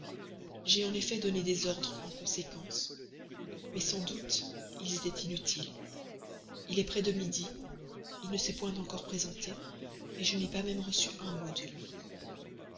j'ai en effet donné des ordres en conséquence mais sans doute ils étaient inutiles il est plus de midi il ne s'est point encore présenté je n'ai pas même reçu un mot de lui